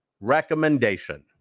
recommendation